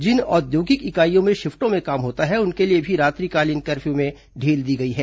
जिन औद्योगिक इकाइयों में शिफ्टों में काम होता है उनके लिए भी रात्रि कालीन कर्फ्यू में ढील दी गई है